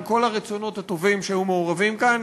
עם כל הרצונות הטובים שהיו מעורבים כאן,